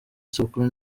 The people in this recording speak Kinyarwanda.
isabukuru